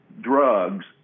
drugs